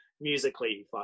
musically